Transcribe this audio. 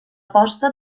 posta